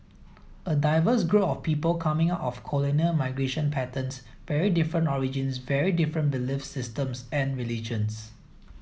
a diverse group of people coming of colonial migration patterns very different origins very different belief systems and religions